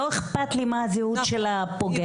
לא אכפת לי מה זהות הפוגע.